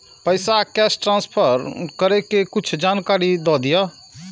पैसा cash transfer करऐ कि कुछ जानकारी द दिअ